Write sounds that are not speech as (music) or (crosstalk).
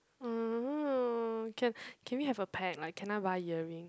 (noise) can can we have a pact like can I buy earring